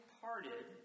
parted